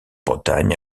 bretagne